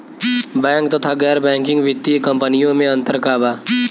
Bank तथा गैर banking वित्तीय कम्पनीयो मे अन्तर का बा?